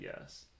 yes